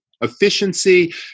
Efficiency